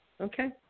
Okay